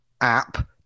app